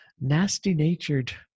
nasty-natured